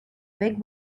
big